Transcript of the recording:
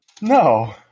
No